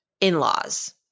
in-laws